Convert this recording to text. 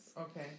Okay